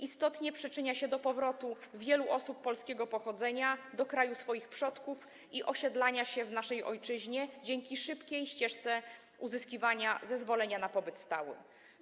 Istotnie przyczynia się do powrotu wielu osób polskiego pochodzenia do kraju swoich przodków i osiedlania się w naszej ojczyźnie dzięki szybkiej ścieżce uzyskiwania zezwolenia na pobyt stały.